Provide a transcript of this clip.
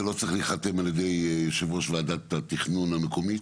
זה לא צריך להיחתם על ידי יושב ראש וועדת התכנון המקומית,